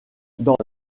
dans